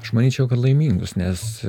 aš manyčiau kad laimingus nes